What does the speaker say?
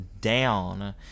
down